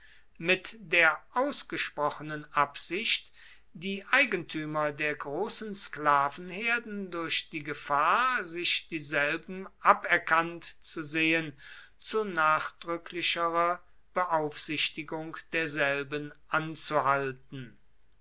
mit der ausgesprochenen absicht die eigentümer der großen sklavenherden durch die gefahr sich dieselben aberkannt zu sehen zu nachdrücklicherer beaufsichtigung derselben anzuhalten